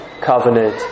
covenant